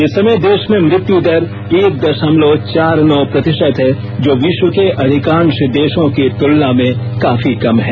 इस समय देश में मृत्यु दर एक दशमलव चार नौ प्रतिशत है जो विश्व के अधिकांश देशों की तुलना में काफी कम है